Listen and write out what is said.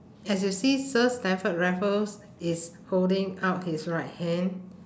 as you see sir stamford raffles is holding out his right hand